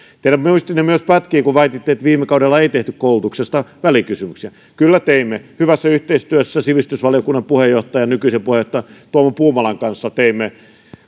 teidän muistinne pätkii myös kun väititte että viime kaudella ei tehty koulutuksesta välikysymyksiä kyllä teimme hyvässä yhteistyössä sivistysvaliokunnan puheenjohtajan nykyisen puheenjohtajan tuomo puumalan kanssa teimme